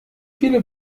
viele